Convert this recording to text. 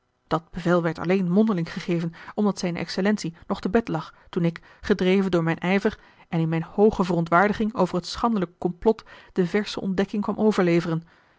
dat bevel werd alleen mondeling gegeven omdat zijne excellentie nog te bed lag toen ik gedreven door mijn ijver en in mijne hooge verontwaardiging over het schandelijk complot de versche ontdekking kwam overleveren